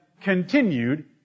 continued